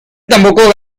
tampoco